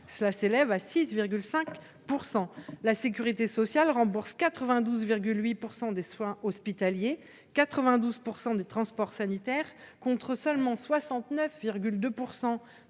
des ménages. La sécurité sociale rembourse 92,8 % des soins hospitaliers et 92 % des transports sanitaires, contre seulement 69,2